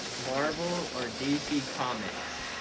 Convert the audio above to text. marvel or dc comics?